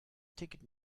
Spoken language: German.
ticket